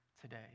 today